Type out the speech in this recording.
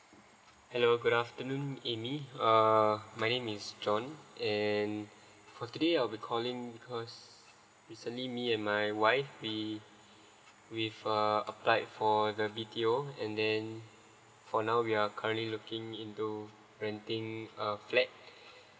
hello good afternoon amy uh my name is john and for today I've be calling because recently me and my wife we we've uh applied for the B_T_O and then for now we are currently looking into renting a flat